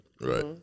Right